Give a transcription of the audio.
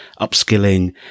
upskilling